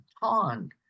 pond